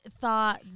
thought